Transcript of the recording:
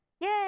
Yay